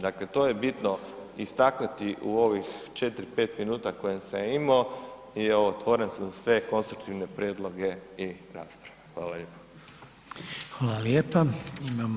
Dakle, to je bitno istaknuti u ovih 4-5 minuta koje sam imao i evo otvoren sam za sve konstruktivne prijedloge i rasprave.